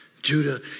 Judah